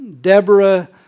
Deborah